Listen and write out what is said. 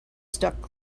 stuck